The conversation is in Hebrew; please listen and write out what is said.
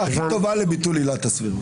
ההעדפה שלך הכי טוב לביטול עילת הסבירות.